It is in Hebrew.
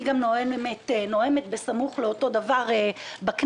אני גם נואמת בסמוך לאותו דבר בכנסת,